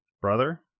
brother